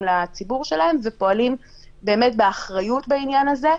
לציבור שלהם ופועלים באמת באחריות בעניין הזה,